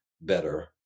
better